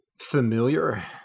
familiar